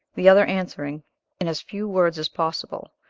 the other answering in as few words as possible,